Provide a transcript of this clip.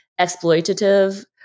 exploitative